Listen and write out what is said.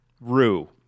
Rue